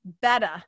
better